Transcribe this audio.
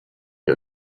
you